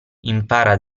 impara